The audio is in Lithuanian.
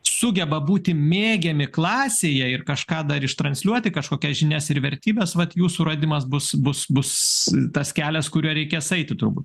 sugeba būti mėgiami klasėje ir kažką dar ištransliuoti kažkokias žinias ir vertybes vat jų suradimas bus bus bus tas kelias kuriuo reikės eiti turbūt